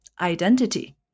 identity